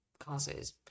causes